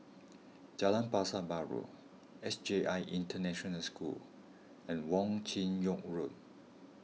Jalan Pasar Baru S J I International School and Wong Chin Yoke Road